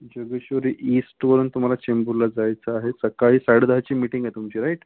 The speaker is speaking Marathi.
जोगेश्वेरी ईस्टवरून तुम्हाला चेंबूरला जायचं आहे सकाळी साडे दहाची मीटिंग आहे तुमची राईट